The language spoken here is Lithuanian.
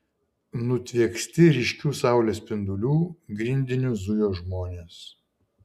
nutvieksti ryškių saulės spindulių grindiniu zujo žmonės